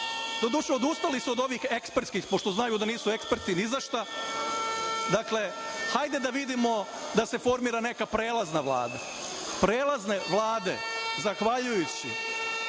doduše, odustali su od ovih ekspertskih, pošto znaju da nisu eksperti ni za šta, dakle, hajde da vidimo da se formira neka prelazna vlada. Prelazne vlade, zahvaljujući